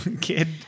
kid